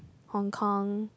Hong Kong